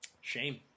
Shame